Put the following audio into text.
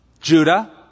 Judah